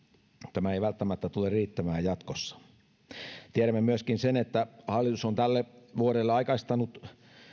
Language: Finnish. tämä ei välttämättä tule riittämään jatkossa tiedämme myöskin sen että hallitus on tälle vuodelle aikaistanut